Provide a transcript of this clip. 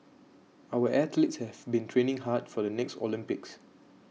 our athletes have been training hard for the next Olympics